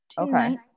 Okay